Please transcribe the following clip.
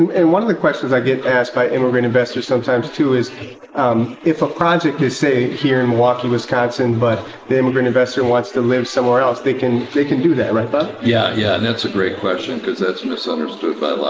and, one of the questions i get asked by immigrant investors sometimes too, is um if a project is say here in milwaukee, wisconsin, but the immigrant investor wants to live somewhere else they can can do that right bob? yeah yeah and that's a great question because that's misunderstood by a lot